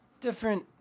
different